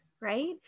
right